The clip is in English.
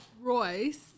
Royce